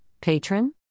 patron